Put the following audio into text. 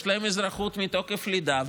יש להם אזרחות מתוקף לידה,